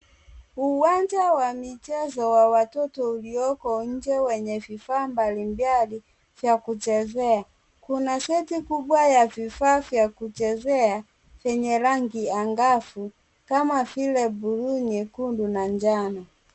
Uwanja wa michezo wa watoto ulioko nje wenye vifaa mbalimbali vya kuchezea. Kuna seti kubwa ya vifaa vya kuchezea, vyenye rangi angavu kama vile blue , nyekundu na njano.